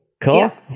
Cool